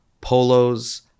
polos